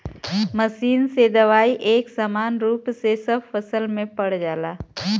machine से दवाई एक समान रूप में सब फसल पे पड़ जाला